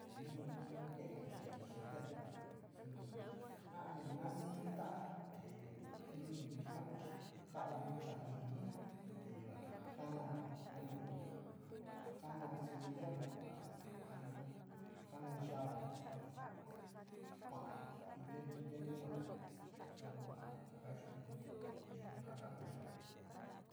Te nuu nukendo chiyachí kendéte xuni, njanuu nani tá ne'e nikun tikanu chí nja iin itá ujun teuoí kana'á kana'a ehí kana semilla jan kana, kana yava'a xuantí ha njiten njiten ninguá ndangujan ndaka yu'un yuku njana njoya'a.